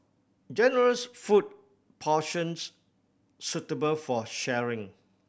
generous food portions suitable for sharing